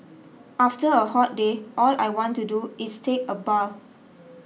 after a hot day all I want to do is take a bath